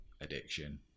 addiction